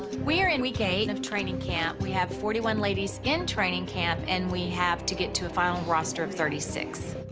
we are in week eight of training camp. we have forty one ladies in training camp and we have to get to a final roster of thirty six.